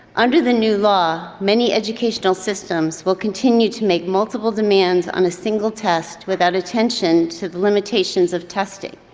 under the new law, many educational systems will continue to make multiple demands on a single test without attention to the limitations of testing,